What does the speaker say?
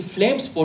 Flames